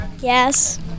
Yes